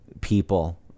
people